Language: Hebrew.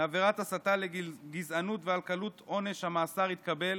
מעבירת הסתה לגזענות ועל קלות עונש המאסר התקבל,